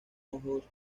ojos